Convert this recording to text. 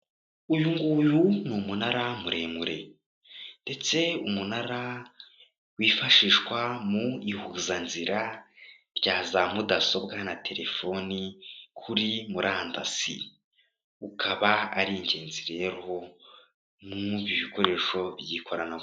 Uyu nguyu ni umunara muremure ndetse umunara wifashishwa mu ihuzanzira rya za mudasobwa na telefoni kuri murandasi ukaba ari ingenzi rero ho ibikoresho by'ikoranabuhanga.